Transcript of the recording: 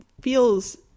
feels